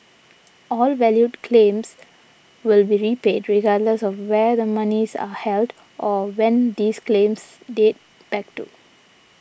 all valid claims will be repaid regardless of where the monies are held or when these claims date back to